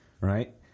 right